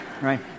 right